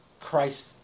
Christ